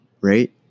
Right